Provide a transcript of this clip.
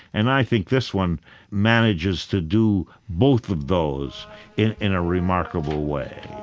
and i think this one manages to do both of those in in a remarkable way